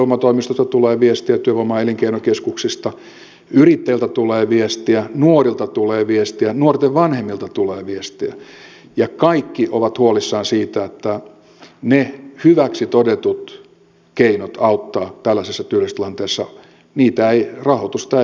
työvoimatoimistoista tulee viestiä työvoima ja elinkeinokeskuksista yrittäjiltä tulee viestiä nuorilta tulee viestiä nuorten vanhemmilta tulee viestiä ja kaikki ovat huolissaan siitä että niihin hyväksi todettuihin keinoihin jotka auttavat tällaisessa työllisyystilanteessa rahoitusta ei ole